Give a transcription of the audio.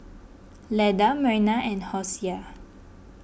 Leda Merna and Hosea